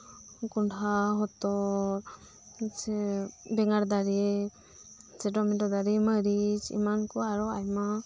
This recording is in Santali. ᱠᱚᱸᱰᱷᱟ ᱦᱚᱛᱚᱛ ᱥᱮ ᱵᱮᱸᱜᱟᱲ ᱫᱟᱨᱮ ᱴᱚᱢᱨᱴᱳ ᱫᱟᱨᱮ ᱢᱟᱨᱤᱪ ᱮᱢᱟᱱ ᱠᱚ